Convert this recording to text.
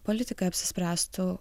politikai apsispręstų